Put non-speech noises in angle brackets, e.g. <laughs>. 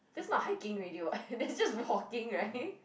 that's not hiking already [what] <laughs> they're just walking right